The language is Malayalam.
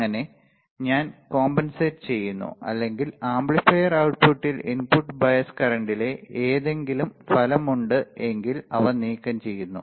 അങ്ങനെ ഞാൻ കോമ്പൻസെറ്റ് ചെയ്യുന്നു അല്ലെങ്കിൽ ആംപ്ലിഫയർ outputൽ ഇൻപുട്ട് ബയസ് കറന്റിലെ ഏതെങ്കിലും ഫലം ഉണ്ട് എങ്കിൽ അവ നീക്കംചെയ്യുന്നു